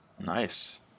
Nice